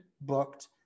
booked